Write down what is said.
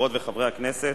חברות וחברי הכנסת,